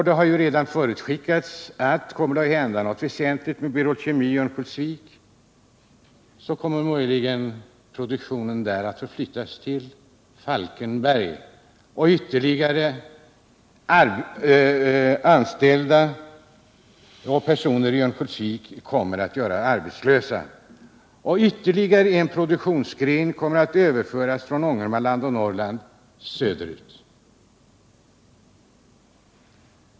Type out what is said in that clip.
Det har redan förutskickats att om det kommer att hända något väsentligt vid Berol Kemi i Örnsköldsvik kommer möjligen produktion vid Hannells Industrier att förflyttas till Falkenberg. Ytterligare anställda och personer i Örnsköldsvik kommer att göras arbetslösa, och ytterligare en produktionsgren kommer att överföras från Ångermanland och Norrland söderut.